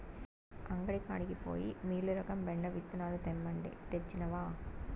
అంగడి కాడికి పోయి మీలురకం బెండ విత్తనాలు తెమ్మంటే, తెచ్చినవా